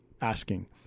asking